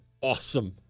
awesome